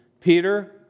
Peter